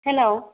hello